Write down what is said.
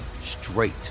straight